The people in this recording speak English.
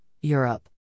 Europe